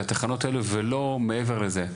לתחנות האלה ולא מעבר לזה.